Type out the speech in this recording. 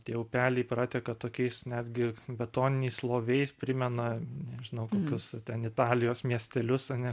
tie upeliai prateka tokiais netgi betoniniais loviais primena nežinau kokius ten italijos miestelius ane